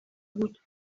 بود